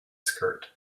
skirt